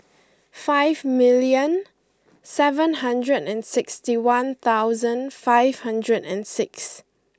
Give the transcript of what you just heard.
five milion seven hundred and sixty one thousand five hundred and six